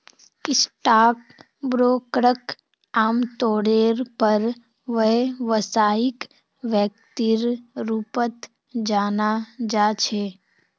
stock ब्रोकरक आमतौरेर पर व्यवसायिक व्यक्तिर रूपत जाना जा छे